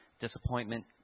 disappointment